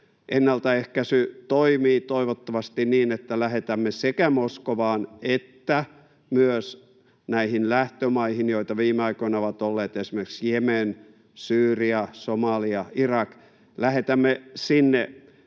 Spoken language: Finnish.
Ennaltaehkäisy toimii toivottavasti niin, että lähetämme sekä Moskovaan että myös näihin lähtömaihin — joita viime aikoina ovat olleet esimerkiksi Jemen, Syyria, Somalia, Irak — ihmisille